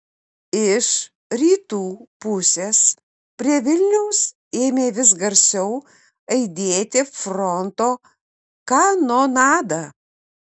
iš rytų pusės prie vilniaus ėmė vis garsiau aidėti fronto kanonada